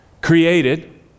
created